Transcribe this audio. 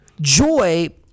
joy